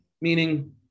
meaning